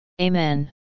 Amen